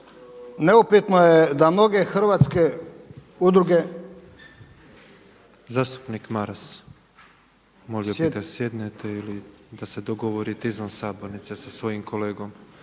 Božo (MOST)** /Upadica Petrov: Zastupnik Maras, molio bih da sjednete ili da se dogovorite izvan sabornice sa svojim kolegom.